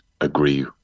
agree